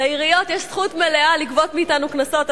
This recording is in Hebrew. לעיריות יש זכות מלאה לגבות מאתנו קנסות,